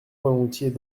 volontiers